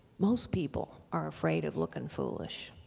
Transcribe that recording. most people are afraid of looking foolish.